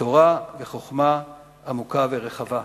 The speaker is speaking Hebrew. בתורה וחוכמה עמוקה ורחבה".